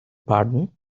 pardon